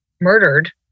murdered